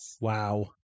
Wow